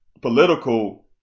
political